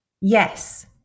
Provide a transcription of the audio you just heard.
Yes